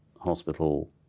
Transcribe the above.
hospital